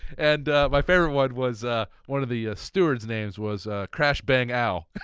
and my favorite one was one of the stewards' names was crash bang ow.